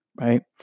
right